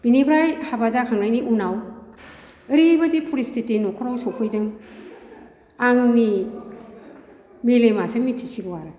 बिनिफ्राय हाबा जाखांनायनि उनाव ओरैबायदि परिसथिथि नख'राव सफैदों आंनि मेलेमासो मिथिसिगौ आरो